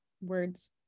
Words